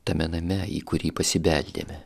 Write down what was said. tame name į kurį pasibeldėme